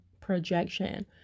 projection